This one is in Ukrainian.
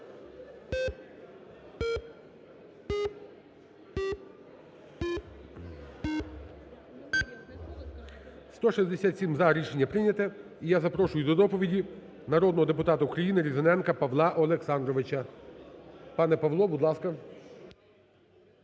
За-167 Рішення прийнято. І я запрошую до доповіді народного депутата України Різаненка Павла Олександровича. Пане Павло, будь ласка.